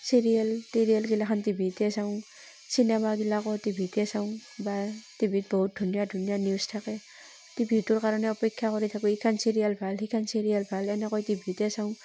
serial তিৰিয়েল গিলাখান টিভিতে চাওঁ চিনেমা গিলাকো টিভিতে চাওঁ বা টিভিত বহুত ধুনীয়া ধুনীয়া নিউজ থাকে টিভিটোৰ কাৰণে অপেক্ষা কৰি থাকোঁ ইখন চিৰিয়েল ভাল সিখন চিৰিয়েল ভাল এনেকৈ টিভিতে চাওঁ